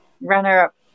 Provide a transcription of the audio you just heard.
runner-up